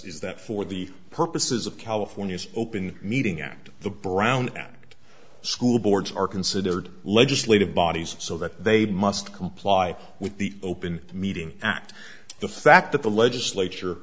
is that for the purposes of california's open meeting act the brown act school boards are considered legislative bodies so that they must comply with the open meeting act the fact that the legislature